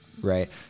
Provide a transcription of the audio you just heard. right